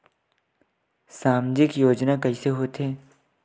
सामजिक योजना कइसे होथे?